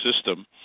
system